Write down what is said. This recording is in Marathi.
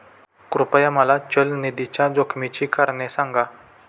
कृपया मला चल निधीच्या जोखमीची कारणे सांगा